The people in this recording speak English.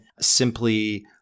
simply